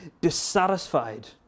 dissatisfied